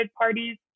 parties